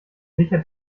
sichert